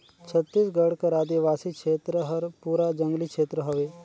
छत्तीसगढ़ कर आदिवासी छेत्र हर पूरा जंगली छेत्र हवे